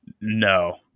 No